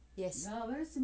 yes